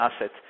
asset